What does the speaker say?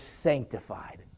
sanctified